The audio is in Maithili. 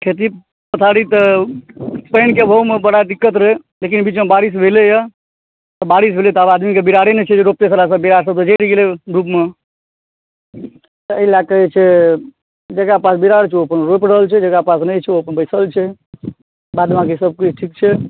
खेती पथारी तऽ पानि के अभाव मे बड़ा दिक्कत रहै लेकिन एहि बीचमे बारिश भेलै तऽ बारिश भेलै तऽ आब आदमीके बिरारे नहि छै जे रोपतै सबटा बिरार सब तऽ जरि गेलै धूपमे तऽ एहि लए कऽ जे छै जेकरा पास बिरार छै ओ अपन रोपि रहल छै जेकरा पास नहि छै ओ अपन बैसल छै बाद बाक़ी सब किछु ठीक छै